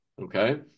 okay